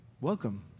welcome